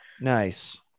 Nice